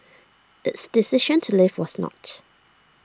its decision to leave was not